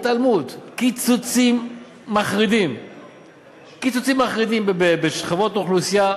קיצוצים מחרידים בשכבות אוכלוסייה,